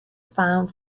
found